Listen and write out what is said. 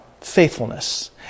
faithfulness